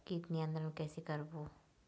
कीट नियंत्रण कइसे करबो?